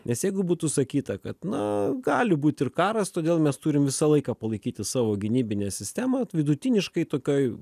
nes jeigu būtų sakyta kad na gali būti ir karas todėl mes turim visą laiką palaikyti savo gynybinę sistemą vidutiniškai tokioj